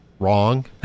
Wrong